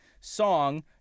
Song